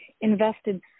invested